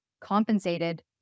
compensated